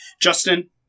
Justin